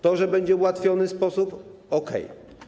To, że będzie ułatwiony sposób - okej.